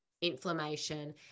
inflammation